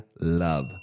love